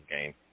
game